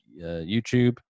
YouTube